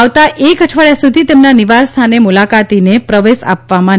આવતા એક અઠવાડિયા સુધી તેમના નિવાસસ્થાને મુલાકાતીને પ્રવેશ આપવામાં નહી આવે